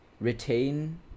retain